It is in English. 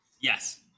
Yes